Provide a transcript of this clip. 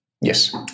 yes